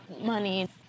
money